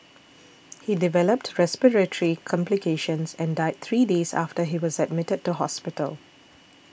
he developed respiratory complications and died three days after he was admitted to hospital